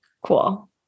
Cool